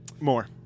more